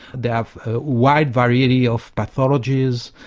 they have a wide variety of pathologies,